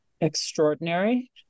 extraordinary